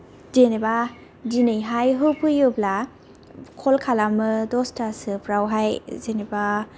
जेनेबा दिनैहाय होफैयोब्ला कल खालामो दस्थासोफ्रावहाय जेनेबा